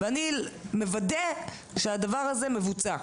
ואני מוודא שהדבר הזה מבוצע.